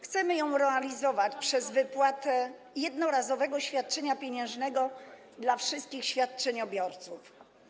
Chcemy ją realizować przez wypłatę jednorazowego świadczenia pieniężnego dla wszystkich świadczeniobiorców.